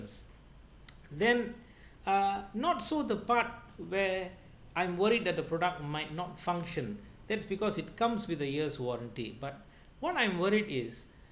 it's then uh not so the part where I'm worried that the product might not function that's because it comes with a years warranty but what I'm worried is